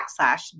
backslash